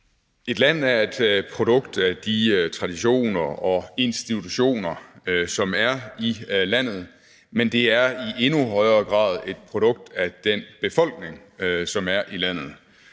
Et land er et produkt af de traditioner og institutioner, som er i landet, men det er i endnu højere grad et produkt af den befolkning, som er i landet.